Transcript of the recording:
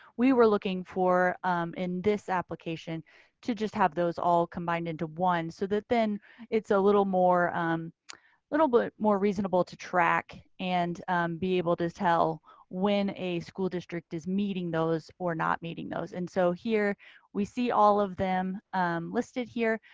we were looking for in this application to just have those all combined into one. one. so that then it's a little more a little bit more reasonable to track. and be able to tell when a school district is meeting those or not meeting those. and so here we see all of them listed here,